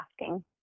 asking